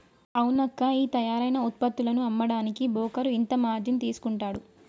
అవునక్కా ఈ తయారైన ఉత్పత్తులను అమ్మడానికి బోకరు ఇంత మార్జిన్ తీసుకుంటాడు